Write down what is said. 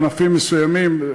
בענפים מסוימים,